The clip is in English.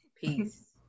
Peace